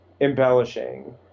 embellishing